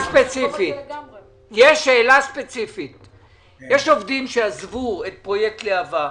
יש עובדים שעזבו את פרויקט להב"ה,